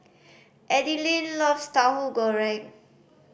Adilene loves Tauhu Goreng